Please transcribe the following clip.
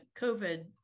COVID